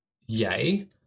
yay